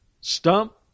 stump